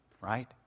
right